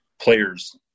players